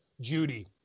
Judy